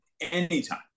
anytime